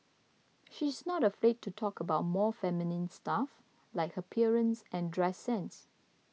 she is not afraid to talk about more feminine stuff like her appearance and dress sense